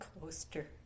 coaster